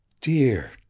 Dear